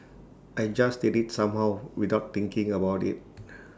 I just did IT somehow without thinking about IT